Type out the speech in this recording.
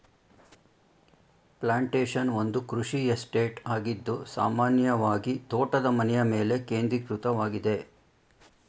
plantation ಒಂದು ಕೃಷಿ estate ಆಗಿದ್ದು ಸಾಮಾನ್ಯವಾಗಿತೋಟದ ಮನೆಯಮೇಲೆ ಕೇಂದ್ರೀಕೃತವಾಗಿದೆ